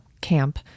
camp